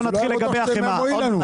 בוא נתחיל לגבי החמאה.